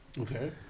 okay